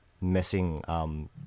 messing